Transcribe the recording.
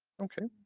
okay,